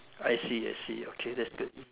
I see I see okay that's good